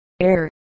air